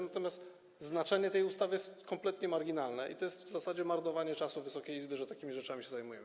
Natomiast znaczenie tej ustawy jest kompletnie marginalne i to jest w zasadzie marnowanie czasu Wysokiej Izby - to, że takimi rzeczami się zajmujemy.